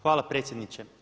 Hvala predsjedniče.